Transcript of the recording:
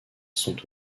sont